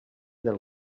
del